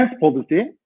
policy